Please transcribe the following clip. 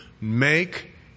Make